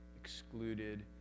excluded